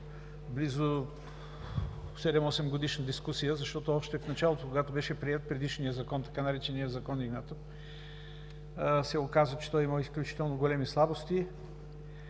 близо седем-осемгодишна дискусия, защото още в началото, когато беше приет предишният Закон, така нареченият „Закон Игнатов“, се оказа, че той има изключително големи слабости,